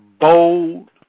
bold